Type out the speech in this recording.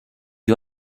you